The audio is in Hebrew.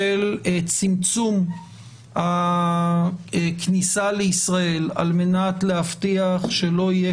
של צמצום הכניסה לישראל על מנת להבטיח שלא יהיה